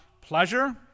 pleasure